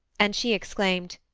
and she exclaimed,